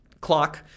clock